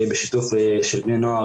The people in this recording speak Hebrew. בשיתוף של בני נוער,